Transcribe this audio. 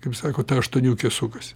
kaip sako ta aštuoniukė sukasi